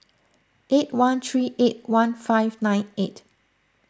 eight one three eight one five nine eight